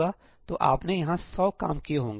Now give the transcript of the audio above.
तो आपने यहां 100 काम किए होंगे